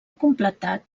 completat